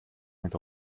mit